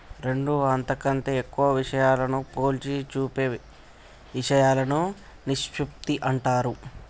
రెండు అంతకంటే ఎక్కువ విషయాలను పోల్చి చూపే ఇషయాలను నిష్పత్తి అంటారు